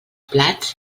plats